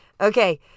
Okay